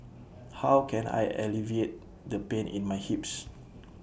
how can I alleviate the pain in my hips